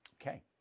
Okay